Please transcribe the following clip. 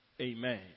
Amen